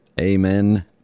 Amen